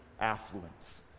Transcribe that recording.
affluence